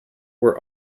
were